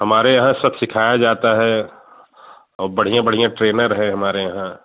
हमारे यहाँ सब सिखाया जाता है और बढ़ियाँ बढ़ियाँ ट्रैनर हैं हमारे यहाँ